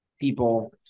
people